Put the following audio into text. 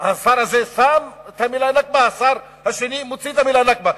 השר הזה שם את המלה "נכבה" והשר השני מוציא את המלה "נכבה",